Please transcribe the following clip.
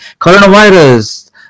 Coronavirus